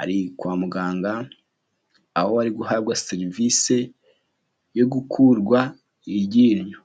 ari kwa muganga aho ari guhabwa serivise yo gukurwa iryinyo.